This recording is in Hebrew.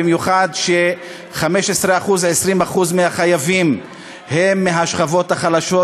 במיוחד ש-15% 20% מהחייבים הם מהשכבות החלשות,